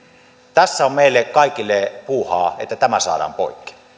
tässä on meille kaikille puuhaa että tämä saadaan poikki